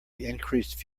increased